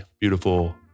beautiful